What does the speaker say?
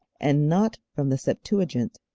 and not from the septuagint,